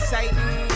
Satan